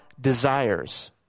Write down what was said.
desires